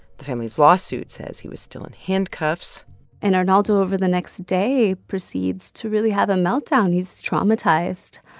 the family's lawsuit says he was still in handcuffs and arnaldo, over the next day, proceeds to really have a meltdown. he's traumatized.